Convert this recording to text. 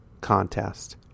contest